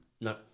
No